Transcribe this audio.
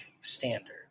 standard